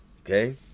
Okay